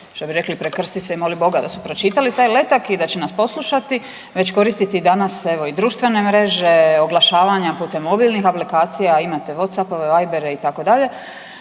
što bi rekli prekrsti se i moli Boga da su pročitali taj letak i da će nas poslušati, već koristiti danas evo i društvene mreže, oglašavanja putem mobilnih aplikacija. Imate WhatsAppove, Vibere itd.